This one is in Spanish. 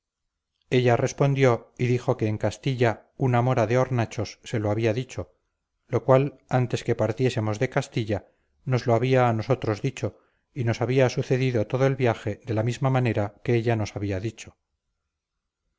ella respondió y dijo que en castilla una mora de hornachos se lo había dicho lo cual antes que partiésemos de castilla nos lo había a nosotros dicho y nos había sucedido todo el viaje de la misma manera que ella nos había dicho